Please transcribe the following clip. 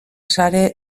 sare